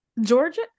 Georgia